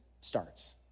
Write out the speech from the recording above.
starts